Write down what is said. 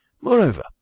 Moreover